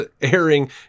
airing